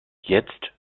jetzt